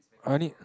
I need